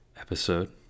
episode